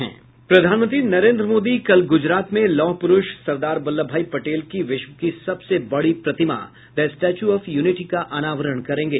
प्रधानमंत्री नरेन्द्र मोदी कल गुजरात में लौह पुरूष सरदार वल्लभ भाई पटेल की विश्व की सबसे बड़ी प्रतिमा द स्टैच्यू ऑफ यूनिटी का अनावरण करेंगे